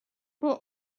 were